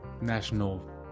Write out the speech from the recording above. national